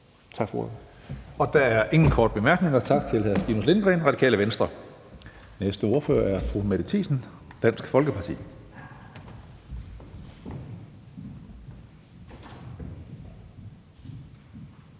(Karsten Hønge): Der er ingen korte bemærkninger. Tak til hr. Stinus Lindgreen, Radikale Venstre. Næste ordfører er fru Mette Thiesen, Dansk Folkeparti.